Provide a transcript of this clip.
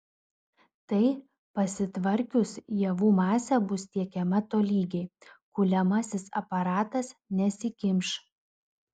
tai pasitvarkius javų masė bus tiekiama tolygiai kuliamasis aparatas nesikimš